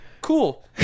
Cool